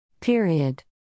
Period